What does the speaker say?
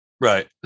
Right